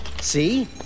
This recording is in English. See